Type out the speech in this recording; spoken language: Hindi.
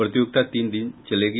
प्रतियोगिता तीन दिन चलेगी